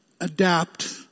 adapt